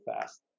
fast